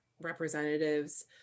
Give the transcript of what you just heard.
representatives